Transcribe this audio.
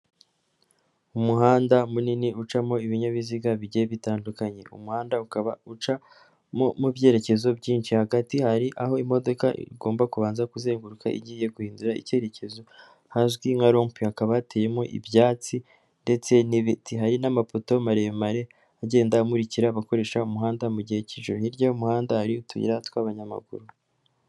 Umuhanda munini ucamo ibinyabiziga bigiye bitandukanye, umuhanda ukaba uca mu byerekezo byinshi, hagati hari aho imodoka igomba kubanza kuzenguruka igiye guhindura icyerekezo hazwi nka rompuwe, hakaba hateyemo ibyatsi ndetse n'ibiti, hari n'amapoto maremare agenda amukira abakoresha umuhanda mu gihe cy'ijoro, hirya y'umuhanda hari utuyira tw'abanyamaguru.